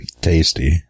tasty